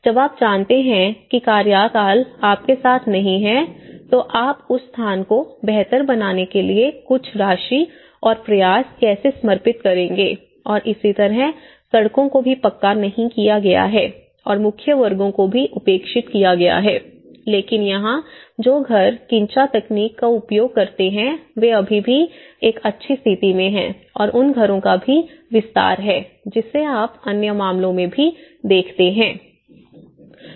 जब आप जानते हैं कि कार्यकाल आपके साथ नहीं है तो आप उस स्थान को बेहतर बनाने के लिए कुछ राशि और प्रयास कैसे समर्पित करेंगे और इसी तरह सड़कों को भी पक्का नहीं किया गया है और मुख्य वर्गों को भी उपेक्षित किया गया है लेकिन यहां जो घर किनचा तकनीक का उपयोग करते हैं वे अभी भी एक अच्छी स्थिति में हैं और उन घरों का भी विस्तार है जिन्हें आप अन्य मामलों में भी देखते हैं